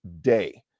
day